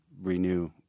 renew